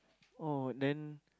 oh then